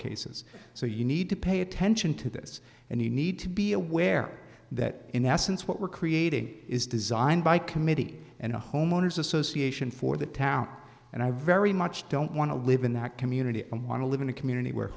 cases so you need to pay attention to this and you need to be aware that in essence what we're creating is designed by committee and a homeowners association for the town and i very much don't want to live in that community and want to live in a community where